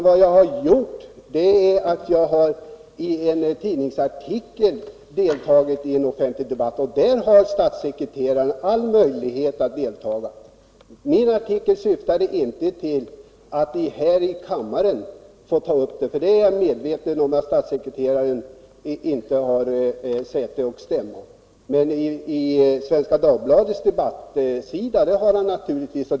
Vad jag gjort är att jag i en tidningsartikel deltagit i en debatt, och där har statssekreteraren också all möjlighet att fortsätta sitt deltagande. Min artikel syftade inte till att här i kammaren ta upp frågan, för jag är medveten om att statssekreteraren inte har säte och stämma här, men på Svenska Dagbladets debattsida har han naturligtvis det.